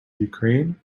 ukraine